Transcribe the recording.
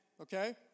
Okay